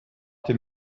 dem